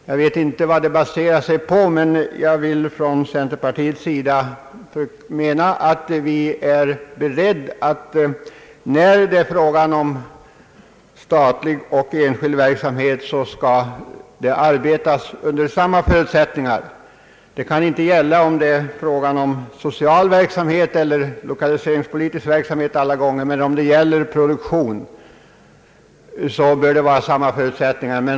Jag vet inte vad detta påstående baserar sig på, men jag vill från centerpartiets sida förklara att vi är beredda på att man inom statlig och enskild verksamhet skall arbeta under samma förutsättningar. Det kan inte alla gånger gälla för social verksamhet eller lokaliseringspolitisk verksamhet, men om det är fråga om produktion bör det vara samma förutsättningar.